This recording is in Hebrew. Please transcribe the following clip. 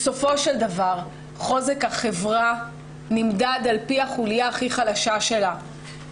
חוזק החברה נמדד על פי החוליה הכי חלשה שלה.